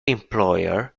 employer